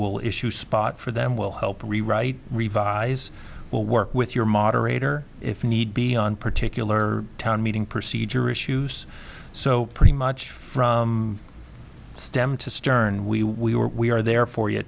will issue spot for them we'll help rewrite revise we'll work with your moderator if need be on particular town meeting procedure issues so pretty much from stem to stern we were we are there for you